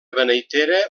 beneitera